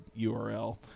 URL